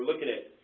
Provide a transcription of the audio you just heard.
looking at